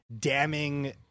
damning